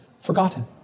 forgotten